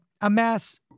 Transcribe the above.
amass